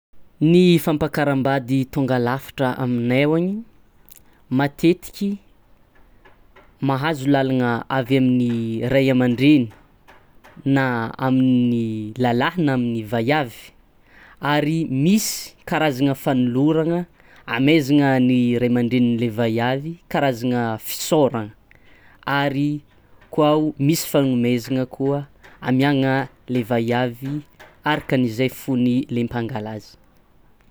Ny fampakaram-bady tonga lafatra aminay o agny: matetiky mahazo lalagna avy amin'ny Ray aman-dReny, na amin'ny lalahy, na amin'ny vaiavy, ary misy karazagna fanoloragna amaizagna ny RaimandRenin'ny lehy vaiavy karazagna fisaoragna, ary koa o misy fagnomaizagna koa amiagna le vaiavy arakan'izay fony lay mpangala azy.